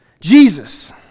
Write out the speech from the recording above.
Jesus